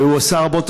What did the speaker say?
והוא עשה רבות,